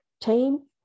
team